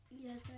Yes